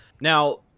Now